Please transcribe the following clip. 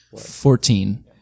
Fourteen